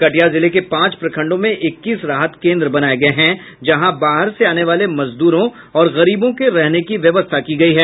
कटिहार जिले के पांच प्रखंडों में इक्कीस राहत केंद्र बनाए गए हैं जहां बाहर से आने वाले मजदूरों और गरीबों के रहने की व्यवस्था की गई है